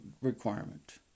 requirement